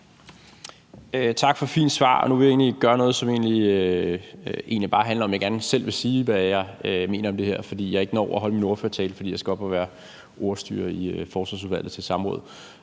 Tak for et fint svar. Og nu vil jeg gøre noget, som egentlig bare handler om, at jeg gerne vil sige, hvad jeg selv mener om det her, for jeg når ikke at holde min ordførertale, fordi jeg skal op og være ordstyrer til et samråd